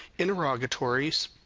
interrogatories,